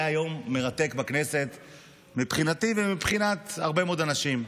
יום מרתק בכנסת מבחינתי ומבחינת עוד הרבה אנשים.